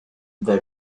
the